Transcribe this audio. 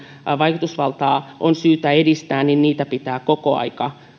vaikutusvaltaa on syytä edistää pitää